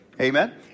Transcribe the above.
Amen